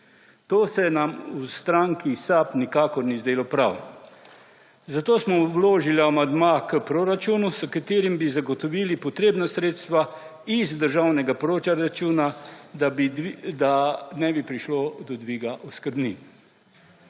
To se nam stranki SAB nikakor ni zdelo prav. Zato smo vložili amandma k proračunu, s katerim bi zagotovili potrebna sredstva iz državnega proračuna, da nebi prišlo do dviga oskrbnin.